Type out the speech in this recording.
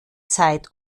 zeit